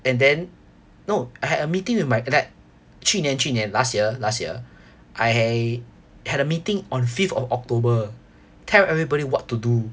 and then no I had a meeting with my that 去年去年 last year last year I had a meeting on fifth of october tell everybody what to do